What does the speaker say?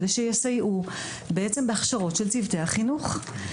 כדי שיסייעו בהכשרות של צוותי החינוך.